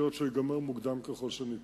שצריך לראות שהוא ייגמר מוקדם ככל שניתן.